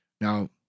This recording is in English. Now